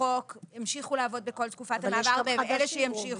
החוק המשיכו לעבוד בכל תקופת המעבר והם אלה שימשיכו.